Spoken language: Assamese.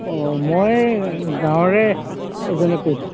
অঁ মই গাঁৱৰে এজনে কৈছোঁ